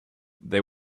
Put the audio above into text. they